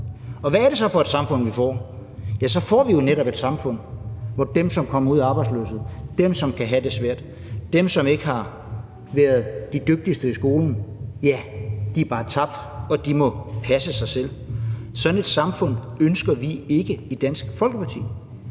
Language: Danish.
Hvad er det så for et samfund, vi får? Ja, så får vi jo netop et samfund, hvor dem, som kommer ud i arbejdsløshed, dem, som kan have det svært, og dem, som ikke har været de dygtigste i skolen, bare er tabt og må passe sig selv. Sådan et samfund ønsker vi ikke i Dansk Folkeparti.